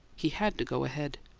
he had to go ahead.